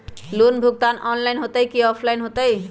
Loan भुगतान online होतई कि ऑफलाइन होतई?